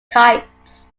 types